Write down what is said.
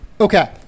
okay